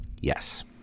Yes